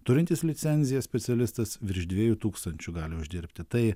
turintis licenciją specialistas virš dviejų tūkstančių gali uždirbti tai